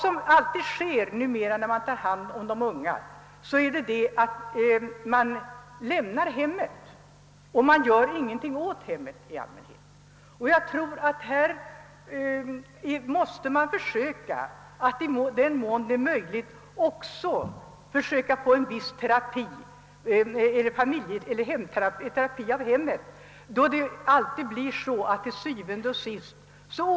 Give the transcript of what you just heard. När man nu tar hand om de unga lämnar man elevens hem därhän och gör ingenting åt det. I den mån det är möjligt bör man försöka få en viss terapi av hemmet till stånd. Til syvende og sidst återvänder dock de unga till hemmet sedan de varit utplacerade på olika håll.